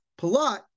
Palat